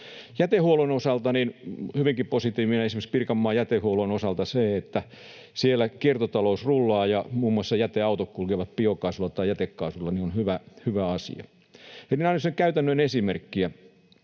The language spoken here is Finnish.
Jätehuollon osalta hyvinkin positiivista — esimerkiksi Pirkanmaan jätehuollon osalta — on se, että siellä kiertotalous rullaa ja muun muassa jäteautot kulkevat biokaasulla tai jätekaasulla, mikä on hyvä asia.